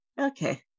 Okay